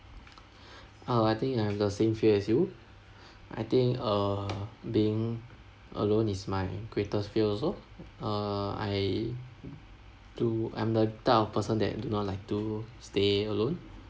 uh I think I'm the same fear as you I think uh being alone is my greatest fear also uh I do I'm the type of person that do not like to stay alone